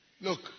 look